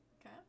Okay